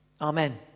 Amen